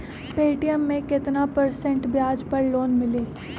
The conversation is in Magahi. पे.टी.एम मे केतना परसेंट ब्याज पर लोन मिली?